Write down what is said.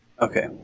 Okay